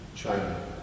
China